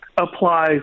apply